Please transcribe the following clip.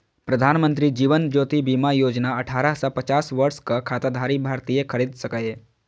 प्रधानमंत्री जीवन ज्योति बीमा योजना अठारह सं पचास वर्षक खाताधारी भारतीय खरीद सकैए